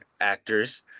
actors